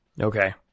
Okay